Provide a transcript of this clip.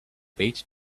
beach